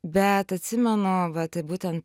bet atsimenu va tai būten